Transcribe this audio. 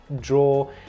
draw